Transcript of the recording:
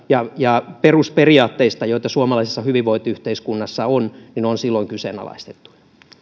ja ja perusperiaatteista joita on suomalaisessa hyvinvointiyhteiskunnassa on silloin kyseenalaistettu